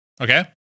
Okay